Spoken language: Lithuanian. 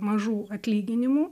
mažų atlyginimų